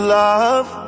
love